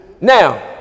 Now